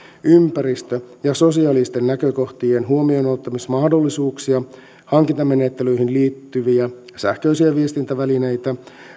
ympäristö ja sosiaalisten näkökohtien huomioonottamismahdollisuuksia hankintamenettelyihin liittyviä sähköisiä viestintävälineitä